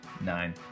Nine